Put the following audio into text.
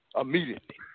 immediately